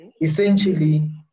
essentially